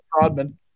Rodman